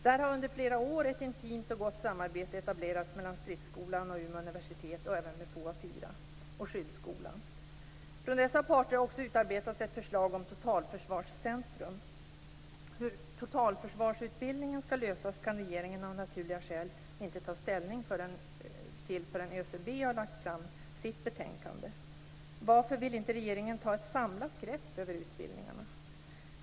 Där har under flera år ett intimt och gott samarbete etablerats mellan stridsskolan och Umeå universitet, och även med FOA 4 och skyddsskolan. Från dessa parter har också utarbetats ett förslag om totalförsvarscentrum. Hur totalförsvarsutbildningen skall lösas kan regeringen av naturliga skäl inte ta ställning till förrän ÖCB har lagt fram sitt betänkande. Varför vill regeringen inte ta ett samlat grepp över utbildningarna?